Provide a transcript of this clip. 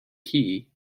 key